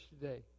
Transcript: today